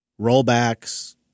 rollbacks